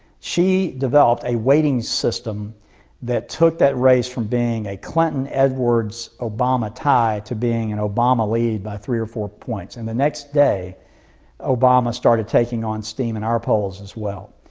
she developed a waiting system that took that race from being a clinton-edwards-obama tie, to being an obama lead by three or four points. and the next day obama started taking on steam in our polls as well.